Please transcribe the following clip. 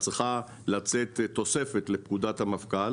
צריכה לצאת תוספת לפקודת המפכ"ל